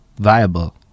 viable